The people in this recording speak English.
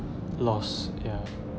lost ya